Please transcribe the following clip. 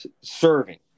serving